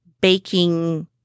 baking